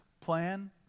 plan